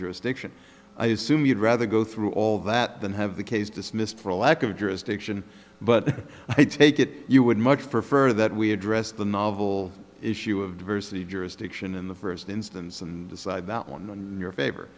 jurisdiction i assume you'd rather go through all that than have the case dismissed for lack of jurisdiction but i take it you would much prefer that we address the novel issue of diversity jurisdiction in the first instance and decide about one and your favor